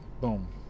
boom